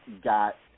got